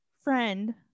friend